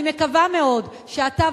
אני מקווה מאוד שאתה,